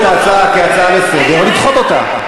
ההצעה כהצעה לסדר-היום או לדחות אותה.